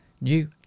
new